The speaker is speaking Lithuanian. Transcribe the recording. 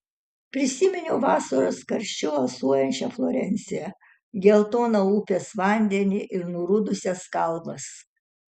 prisiminiau vasaros karščiu alsuojančią florenciją geltoną upės vandenį ir nurudusias kalvas